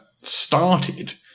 started